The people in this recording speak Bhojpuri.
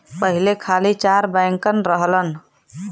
पहिले खाली चार बैंकन रहलन